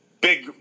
Big